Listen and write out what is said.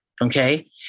Okay